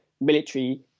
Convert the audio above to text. military